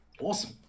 Awesome